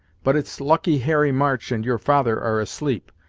but it's lucky harry march and your father are asleep,